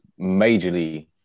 majorly